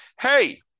Hey